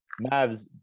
Mavs